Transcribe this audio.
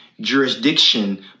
jurisdiction